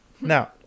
now